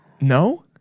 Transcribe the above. No